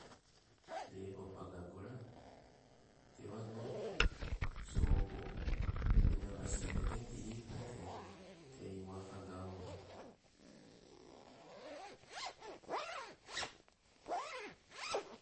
Lepo pagagola tewago sopo menabasinna tee tripla tei uwaka gaumo.